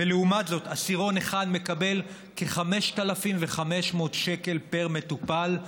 ולעומת זאת עשירון 1 מקבל כ-5,500 שקל פר מטופל,